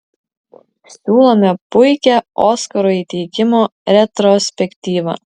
siūlome puikią oskarų įteikimo retrospektyvą